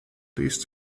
least